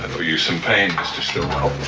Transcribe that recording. ah you some pain, mr. stillwell.